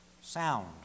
sound